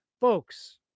Folks